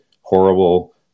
horrible